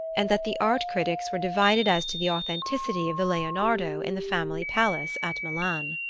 and that the art-critics were divided as to the authenticity of the leonardo in the family palace at milan.